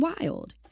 wild